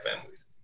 families